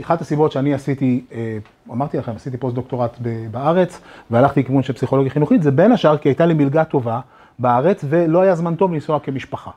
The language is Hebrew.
אחת הסיבות שאני עשיתי, אמרתי לכם, עשיתי פוסט דוקטורט בארץ, והלכתי כיוון של פסיכולוגיה חינוכית, זה בין השאר כי הייתה לי מלגה טובה בארץ ולא היה זמן טוב לנסוע כמשפחה.